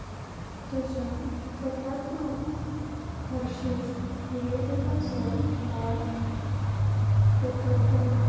तुज्या कार्टांतलो Hershey's creamy दुदाचो बार उपलब्ध ना